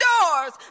doors